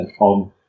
on